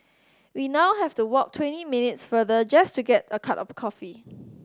we now have to walk twenty minutes farther just to get a cup of coffee